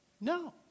No